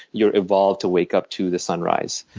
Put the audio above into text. you're evolved to wake up to the sunrise.